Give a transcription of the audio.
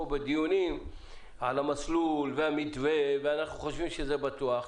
בדיונים על המסלול ועל המתווה שאנחנו חושבים שהוא בטוח.